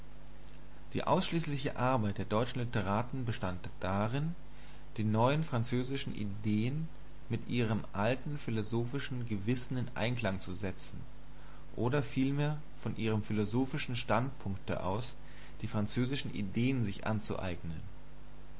die ausschließliche arbeit der deutschen literaten bestand darin die neuen französischen ideen mit ihrem alten philosophischen gewissen in einklang zu setzen oder vielmehr von ihrem philosophischen standpunkte aus die französischen ideen sich anzueignen